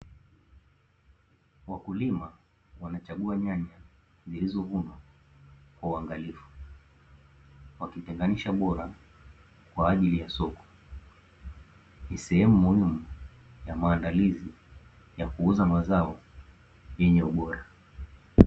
Wakulima wanachagua nyanya zilizovunwa kwa uangalifu, wakitenganisha bora kwa ajili ya soko. Ni sehemu muhimu ya maandalizi ya kuuza mazao yenye ubora.